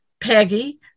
Peggy